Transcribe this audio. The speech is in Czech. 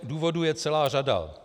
Důvodů je celá řada.